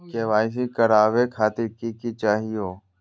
KYC करवावे खातीर कि कि चाहियो?